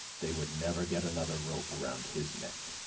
they would never get another rope around his neck.